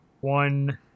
one